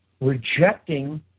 rejecting